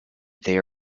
they